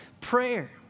prayer